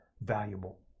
valuable